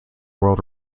world